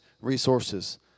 resources